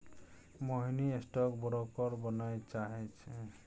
मोहिनी stock broker बनय चाहै छै